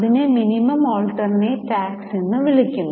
അതിനെ minimum alternate tax എന്ന് വിളിക്കുന്നു